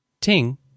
Ting